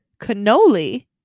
cannoli